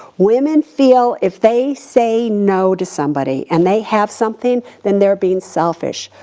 women feel if they say no to somebody and they have something, then they're being selfish.